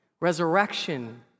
resurrection